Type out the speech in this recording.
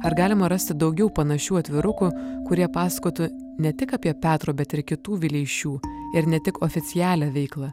ar galima rasti daugiau panašių atvirukų kurie pasakotų ne tik apie petro bet ir kitų vileišių ir ne tik oficialią veiklą